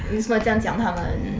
你为什么这么讲他们